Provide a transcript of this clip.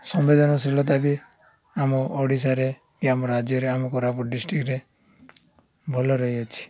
ସମ୍ବେଦନଶୀଳତା ବି ଆମ ଓଡ଼ିଶାରେ କି ଆମ ରାଜ୍ୟରେ ଆମ କୋରାପୁଟ ଡିଷ୍ଟ୍ରିକ୍ଟରେ ଭଲ ରହିଅଛି